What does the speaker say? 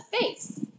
face